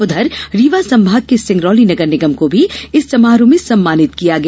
उधर रीवा संभाग के सिंगरौली नगर निगम को भी इस समारोह में सम्मानित किया गया